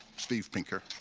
steve pinker.